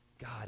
God